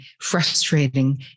frustrating